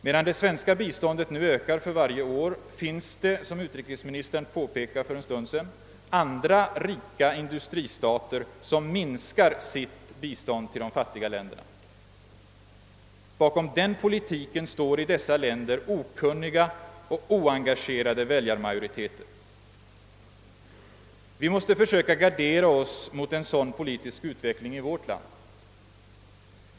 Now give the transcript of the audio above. Medan det svenska biståndet nu ökar för varje år, finns det, som utrikesministern påpekade för en stund sedan, andra rika industristater som minskar sitt bistånd till de fattiga länderna. Bakom den politiken står i dessa länder okunniga och oengagerade väljarmajoriteter. Vi måste försöka att gardera oss mot en sådan politisk utveckling i vårt land.